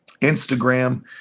Instagram